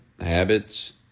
Habits